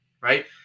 right